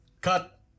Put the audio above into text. cut